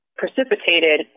precipitated